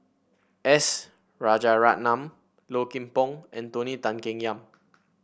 S Rajaratnam Low Kim Pong and Tony Tan Keng Yam